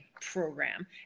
program